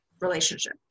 relationship